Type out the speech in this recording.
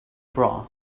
bra